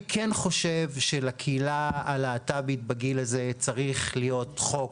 אני כן חושב שעל הקהילה הלהט"בית בגיל הזה צריך להיות חוק